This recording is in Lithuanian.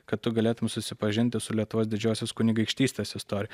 kad tu galėtum susipažinti su lietuvos didžiosios kunigaikštystės istorija